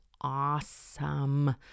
awesome